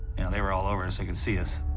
they were all over us and could see us.